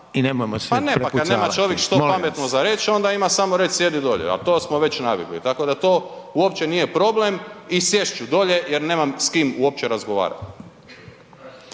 Pa ne kada čovjek nema što pametno za reć onda ima samo reći sjedi dolje, a to smo već navikli, tako da to uopće nije problem i sjest ću dolje jer nemam s kim uopće razgovarati.